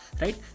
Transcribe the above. right